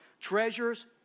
treasures